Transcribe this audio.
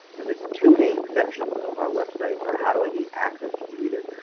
and the two main sections of our website are how do i gain access to ereta.